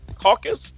caucus